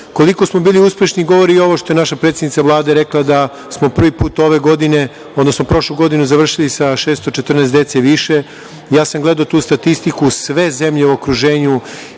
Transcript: smo bili uspešni govori ovo što je naša predsednica Vlade rekla da smo prvi put ove godine, odnosno prošlu godinu završili sa 614 dece više. Gledao sam tu statistiku i sve zemlje u okruženju,